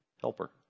helper